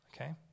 Okay